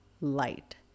light